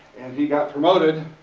and he got promoted